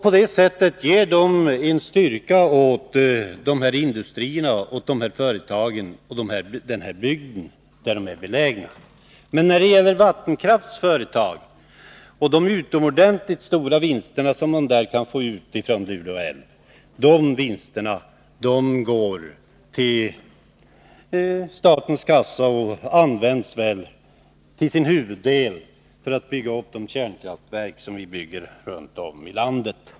På det sättet ger de en styrka åt de industrier och den bygd där de är belägna. Men de utomordentligt stora vinster som Vattenfall får ut av vattenkraften i Lule älv går till statens kassa och används väl till sin huvuddel för att bygga upp de kärnkraftverk som är under uppförande runt om i landet.